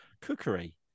cookery